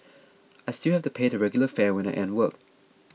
I still have to pay the regular fare when I end work